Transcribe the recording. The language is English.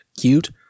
cute